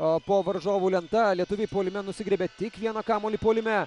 a po varžovų lenta lietuviai puolime nusigriebė tik vieną kamuolį puolime